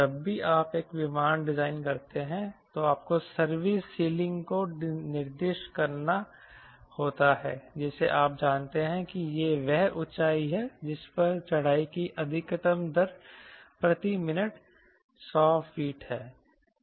जब भी आप एक विमान डिजाइन करते हैं तो आपको सर्विस सीलिंग को निर्दिष्ट करना होता है जिसे आप जानते हैं कि यह वह ऊंचाई है जिस पर चढ़ाई की अधिकतम दर प्रति मिनट 100 फीट है